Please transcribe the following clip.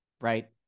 right